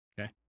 Okay